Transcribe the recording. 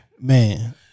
Man